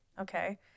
Okay